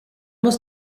muss